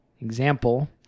Example